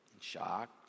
shocked